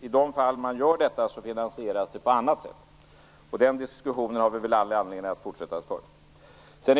I de fall man gör det är det uppenbart att det finansieras på annat sätt. Den diskussionen har vi all anledning att fortsätta att föra.